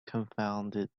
confounded